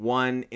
one